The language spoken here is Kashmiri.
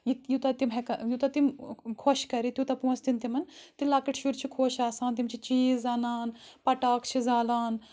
یہِ یوٗتاہ تِم ہٮ۪کہ یوٗتاہ تِم خۄش کَرِ تیوٗتاہ پونٛسہٕ دِن تِمَن تہٕ لۄکٕٹۍ شُرۍ چھِ خۄش آسان تِم چھِ چیٖز اَنان پَٹاک چھِ زالان